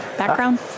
background